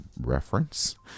reference